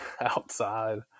outside